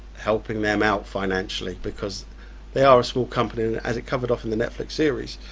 helping them out financially because they are a small company, as it covered off in the netflix series,